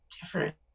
different